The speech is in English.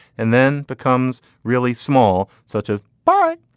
and then becomes really small. such as by.